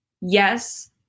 yes